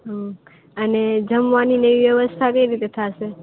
હમ અને જમવાનીને એવી વ્યવસ્થા કઈ રીતે થાશે